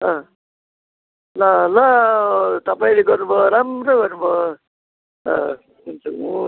अँ ल ल तपाईँले गर्नु भयो राम्रो गर्नु भयो अँ हुन्छ हुन्